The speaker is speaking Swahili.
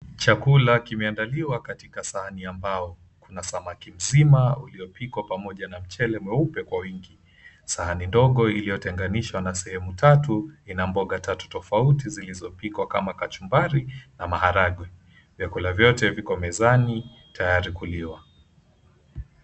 Chakula kimeandaliwa katika sahani ambao kuna samaki mzima uliopikwa pamoja na mchele mweupe kwa wingi. Sahani ndogo iliyotenganishwa na sehemu tatu ina mboga tatu tofauti zilizopikwa kama kachumbari na maharagwe. Vyakula vyote viko mezani tayari kuliwa.